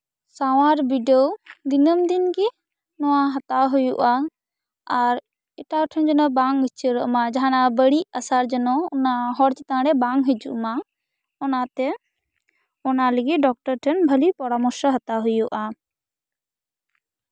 ᱥᱟᱶᱟᱨ ᱵᱤᱰᱟᱹᱣ ᱫᱤᱱᱟᱹᱢ ᱫᱤᱱ ᱜᱮ ᱱᱚᱶᱟ ᱦᱟᱛᱟᱣ ᱦᱩᱭᱩᱜᱼᱟ ᱟᱨ ᱮᱴᱟᱜ ᱦᱚᱲ ᱴᱷᱮᱱ ᱡᱮᱱᱚ ᱵᱟᱝ ᱩᱪᱟᱹᱲᱚᱜᱼᱢᱟ ᱚᱱᱟ ᱵᱟᱹᱲᱤᱡ ᱟᱥᱟ ᱡᱮᱱᱚ ᱚᱱᱟ ᱦᱚᱲ ᱪᱮᱛᱟᱱ ᱨᱮ ᱵᱟᱝ ᱦᱤᱡᱩᱜ ᱢᱟ ᱚᱱᱟᱛᱮ ᱚᱱᱟ ᱞᱟᱹᱜᱤᱫ ᱰᱚᱠᱴᱚᱨ ᱴᱷᱮᱱ ᱵᱷᱟᱞᱤ ᱯᱚᱨᱟᱢᱚᱨᱥᱚ ᱦᱟᱛᱟᱣ ᱦᱩᱭᱩᱜᱼᱟ